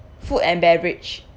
food and beverage